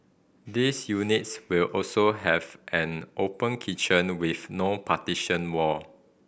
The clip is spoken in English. these units will also have an open kitchen with no partition wall